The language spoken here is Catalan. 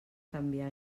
canviar